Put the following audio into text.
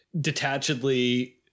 detachedly